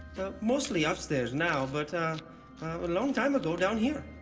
mostly upstairs now, but a long time ago down here.